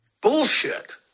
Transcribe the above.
bullshit